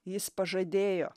jis pažadėjo